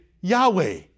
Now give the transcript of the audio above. Yahweh